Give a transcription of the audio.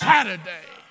Saturday